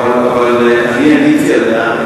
אבל אני עניתי עליה,